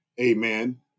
Amen